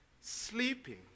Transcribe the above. sleeping